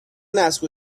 نسل